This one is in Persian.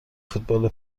فوتبال